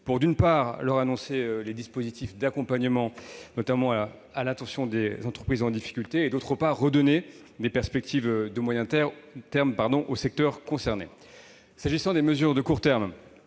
fois pour leur annoncer les dispositifs d'accompagnement à l'intention des entreprises en difficulté et pour redonner des perspectives de moyen terme aux secteurs concernés. S'agissant des mesures de court terme,